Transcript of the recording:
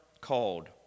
called